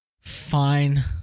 Fine